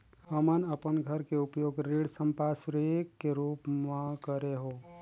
हमन अपन घर के उपयोग ऋण संपार्श्विक के रूप म करे हों